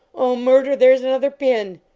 oh, mur there s another pin!